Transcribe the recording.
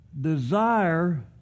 Desire